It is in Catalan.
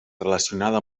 relacionada